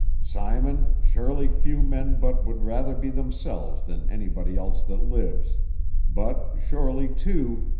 simon, surely few men but would rather be themselves than anybody else that lives but surely, too,